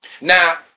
Now